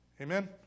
Amen